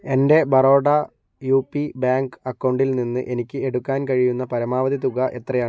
എൻ്റെ Baroda U P bank അക്കൗണ്ടിൽ നിന്ന് എനിക്ക് എടുക്കാൻ കഴിയുന്ന പരമാവധി തുക എത്രയാണ്